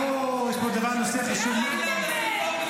-- ובגלל המשפחות הם לא מוכנים.